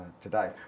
today